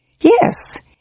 Yes